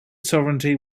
sovereignty